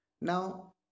Now